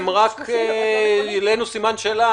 העלינו רק סימן שאלה,